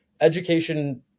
Education